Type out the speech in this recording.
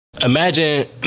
Imagine